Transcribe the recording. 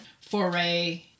foray